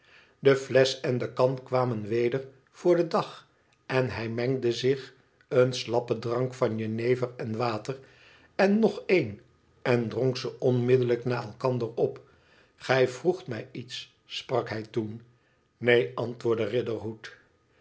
de flesch en de kan kwamen weder voor den dag en hij mengde zich een slappen drank van jenever en water en nog een en dronk ze onmiddellijk na elkander op gij vroegt mij iets sprak hij toen neen antwoordde